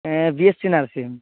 B S C nursing